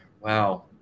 wow